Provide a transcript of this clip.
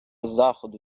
заходу